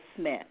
Smith